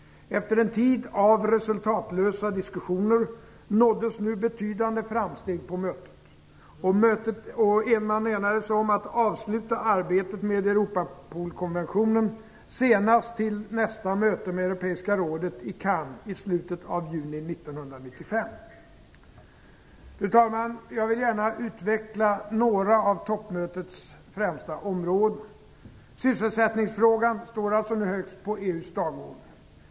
Efter en tid av resultatlösa diskussioner nåddes nu betydande framsteg på mötet. Man enades om att avsluta arbetet med Europapol-konventionen senast till nästa möte med Europeiska rådet i Cannes i slutet av juni 1995. Fru talman! Jag vill gärna utveckla några av toppmötets främsta områden. Sysselsättningsfrågan står alltså högst på EU:s dagordning.